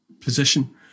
position